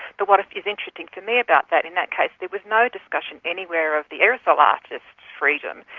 but what is interesting to me about that in that case, there was no discussion anywhere of the aerosol artist's freedom,